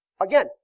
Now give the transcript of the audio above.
Again